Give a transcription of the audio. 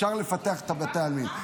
אפשר לפתח את בתי העלמין.